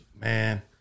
man